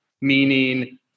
meaning